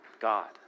God